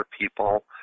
people